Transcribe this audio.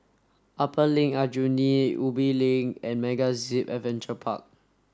Upper Aljunied Link Ubi Link and MegaZip Adventure Park